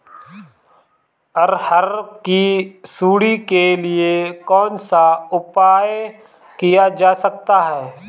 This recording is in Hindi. अरहर की सुंडी के लिए कौन सा उपाय किया जा सकता है?